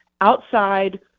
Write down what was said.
outside